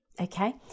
Okay